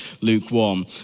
lukewarm